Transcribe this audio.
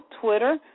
Twitter